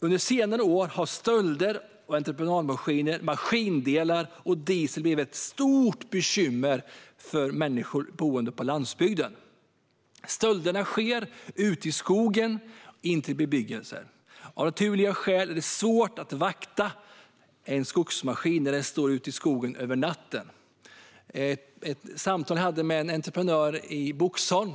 Under senare år har stölder av entreprenadmaskiner, maskindelar och diesel blivit ett stort bekymmer för människor boende på landsbygden. Stölderna sker både ute i skogen och intill bebyggelsen. Av naturliga skäl är det svårt att vakta en skogsmaskin när den står ute i skogen över natten. Jag hade ett samtal med en entreprenör i Boxholm.